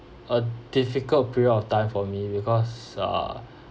a difficult period of time for me because uh